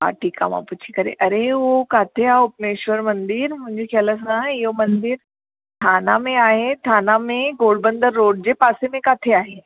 हा ठीकु आहे मां पुछी करे अरे हू किथे आहे उपनेश्वर मंदरु मुंहिंजे ख़्याल खां इहो मंदरु थाना में आहे थाना में घोडबंदर रोड जे पासे में किथे आहे